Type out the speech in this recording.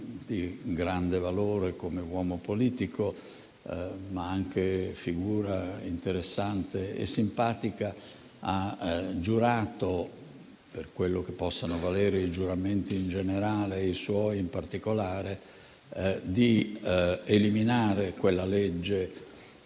di grande valore come uomo politico, ma anche figura interessante e simpatica, ha giurato - per quello che possono valere i giuramenti, in generale, e i suoi in particolare - di eliminare quella legge